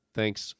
thanks